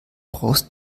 brauchst